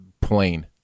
plain